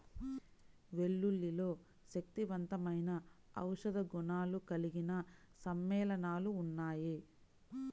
వెల్లుల్లిలో శక్తివంతమైన ఔషధ గుణాలు కలిగిన సమ్మేళనాలు ఉన్నాయి